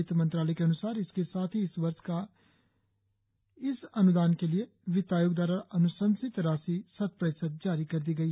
वित्त मंत्रालय के अन्सार इसके साथ ही इस वर्ष इस अन्दान के लिए वित्त आयोग दवारा अन्शंसित राशि शतप्रतिशत जारी कर दी गई